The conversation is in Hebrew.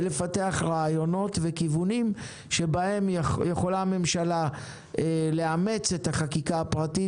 ולפתח רעיונות וכיוונים שבהם יכולה הממשלה לאמץ את החקיקה הפרטית